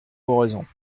oraison